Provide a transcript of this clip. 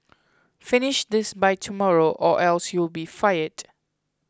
finish this by tomorrow or else you'll be fired